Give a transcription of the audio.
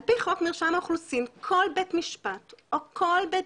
על פי חוק מרשם האוכלוסין כל בית משפט או כל בית